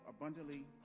abundantly